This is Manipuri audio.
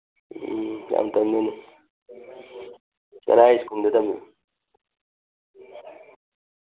ꯎꯝ ꯌꯥꯝ ꯇꯝꯃꯦꯅꯦ ꯀꯔꯥꯏ ꯁ꯭ꯀꯨꯜꯗ ꯇꯝꯃꯤꯅꯣ